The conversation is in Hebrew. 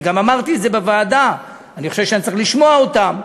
אני גם אמרתי בוועדה שאני חושב שאני צריך לשמוע אותם.